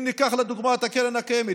אם ניקח לדוגמה את הקרן הקיימת,